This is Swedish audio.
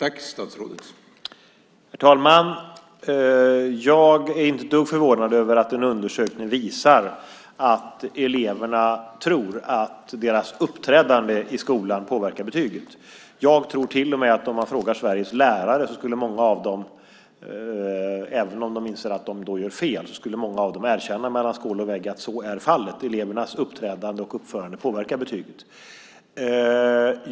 Herr talman! Jag är inte ett dugg förvånad över att en undersökning visar att eleverna tror att deras uppträdande i skolan påverkar betyget. Om man frågar Sveriges lärare tror jag till och med att många av dem, även om de inser att de då gör fel, skulle erkänna, mellan skål och vägg, att så är fallet. Elevernas uppträdande och uppförande påverkar betyget.